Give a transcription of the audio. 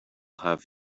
have